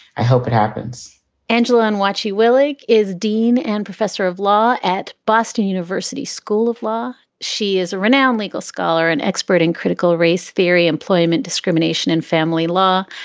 i hope it happens angela, on what she willig is dean and professor of law at boston university's school of law. she is a renowned legal scholar and expert in critical race theory, employment discrimination and family law.